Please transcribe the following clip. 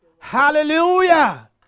Hallelujah